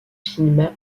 cinéma